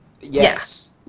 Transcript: yes